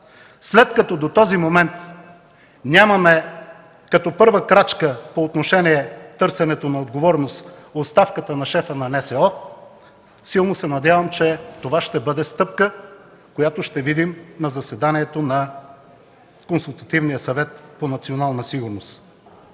след като до този момент нямаме като първа крачка по отношение търсенето на отговорност оставката на шефа на НСО, силно се надявам, че това ще бъде стъпка, която ще видим на заседанието на Консултативния съвет по национална сигурност.